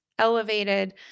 elevated